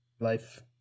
life